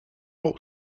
what